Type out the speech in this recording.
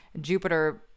Jupiter